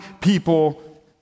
people